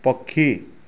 ପକ୍ଷୀ